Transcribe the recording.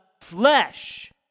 flesh